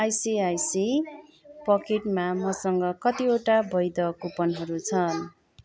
ICICI पकिटमा मसँग कतिवटा वैध कुपनहरू छन्